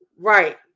Right